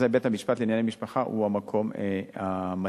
אזי בית-המשפט לענייני משפחה הוא המקום המתאים.